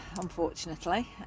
unfortunately